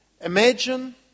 Imagine